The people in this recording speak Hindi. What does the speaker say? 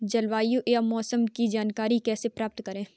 जलवायु या मौसम की जानकारी कैसे प्राप्त करें?